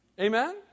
Amen